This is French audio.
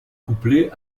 couplé